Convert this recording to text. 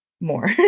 more